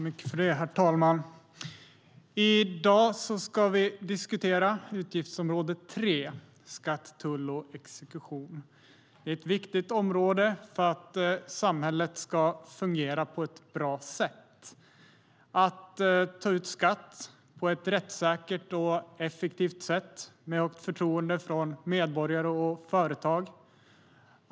Herr talman! I dag diskuterar vi utgiftsområde 3 Skatt, tull och exekution. Det är ett viktigt område för att samhället ska fungera på ett bra sätt. Staten måste ta ut skatt på ett rättssäkert och effektivt sätt som medborgare och företag känner förtroende för.